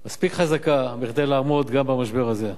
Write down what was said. מספיק חזקה כדי לעמוד גם במשבר הזה.